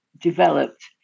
developed